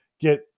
get